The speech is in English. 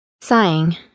Sighing